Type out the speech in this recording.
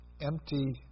empty